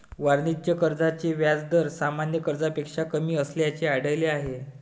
वाणिज्य कर्जाचे व्याज दर सामान्य कर्जापेक्षा कमी असल्याचे आढळले आहे